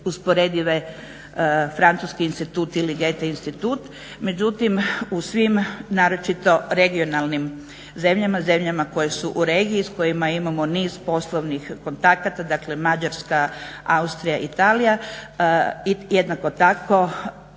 usporedive Francuski institut ili Goethe institut. Međutim, u svim naročito regionalnim zemljama, zemljama koje su u regiji i s kojima imamo niz poslovnih kontakata, dakle Mađarska, Austrija, Italija jednako tako